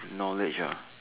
knowledge ah